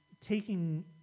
taking